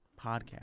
Podcast